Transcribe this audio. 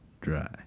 Dry